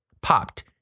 popped